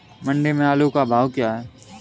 मंडी में आलू का भाव क्या है?